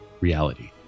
reality